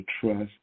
trust